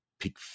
Pick